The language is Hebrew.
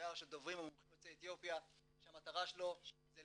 מאגר של דוברים ומומחים יוצאי אתיופיה שמטרתו לייצר